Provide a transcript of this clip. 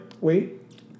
Wait